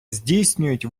здійснюють